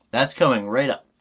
that's coming right up